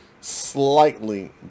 Slightly